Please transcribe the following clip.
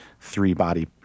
three-body